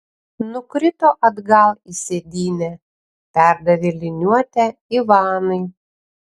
nukrito atgal į sėdynę perdavė liniuotę ivanui